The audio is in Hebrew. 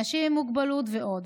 אנשים עם מוגבלות ועוד.